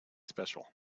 special